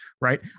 right